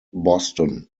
boston